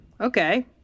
Okay